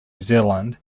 zealand